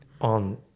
on